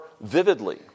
vividly